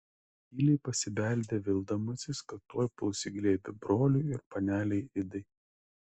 tyliai pasibeldė vildamasis kad tuoj puls į glėbį broliui ir panelei idai